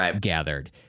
gathered